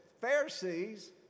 Pharisees